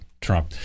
Trump